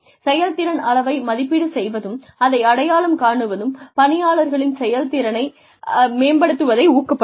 செயல்திறன் அளவை மதிப்பீடு செய்வதும் அதை அடையாளம் காணுவதும் பணியாளர்களின் செயல்திறனை மேம்படுத்துவதை ஊக்கப்படுத்தும்